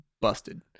busted